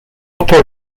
oto